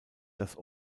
das